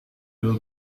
bill